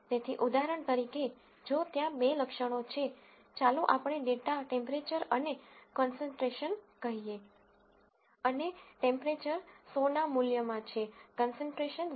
તેથી ઉદાહરણ તરીકે જો ત્યાં બે લક્ષણો છે ચાલો આપણે ડેટા ટેમ્પરેચર અને કોન્સેન્ટ્રેશન કહીએ અને ટેમ્પરેચર 100 ના મૂલ્યમાં છે કોન્સેન્ટ્રેશન 0